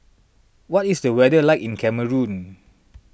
what is the weather like in Cameroon